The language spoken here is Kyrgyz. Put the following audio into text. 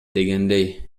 дегендей